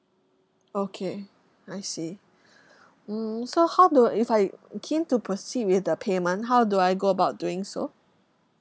okay I see mm so how do if I keen to proceed with the payment how do I go about doing so